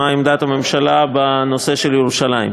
מה עמדת הממשלה בנושא של ירושלים.